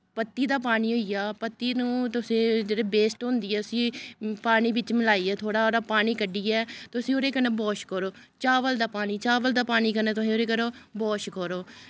पत्ती दा पानी होई गेआ पत्ती नू तुस जेह्ड़ी बेस्ट होंदी ऐ उस्सी पानी बिच्च मलाइयै थोह्ड़ा हारा पानी कड्डियै तुसी ओह्दे कन्नै वाश करो चावल दा पानी चावल दा पानी कन्नै तुसी केह् करो वाश करो